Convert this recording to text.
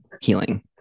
healing